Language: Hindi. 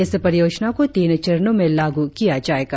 इस परियोजना को तीन चरणों में लागू किया जाएगा